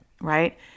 right